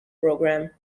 program